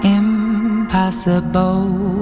impossible